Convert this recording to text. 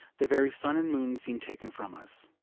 the very sun and moon seem taken from us.